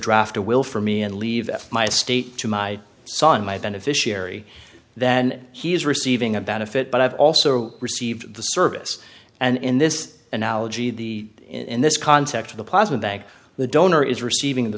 draft a will for me and leave my estate to my son my beneficiary then he is receiving a benefit but i've also received the service and in this analogy the in this context of the plasma bank the donor is receiving the